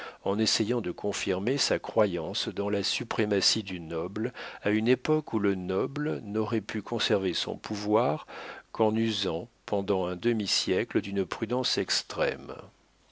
en essayant de confirmer sa croyance dans la suprématie du noble à une époque où le noble n'aurait pu conserver son pouvoir qu'en usant pendant un demi-siècle d'une prudence extrême